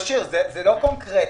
זה לא קונקרטי.